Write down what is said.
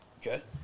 Okay